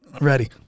Ready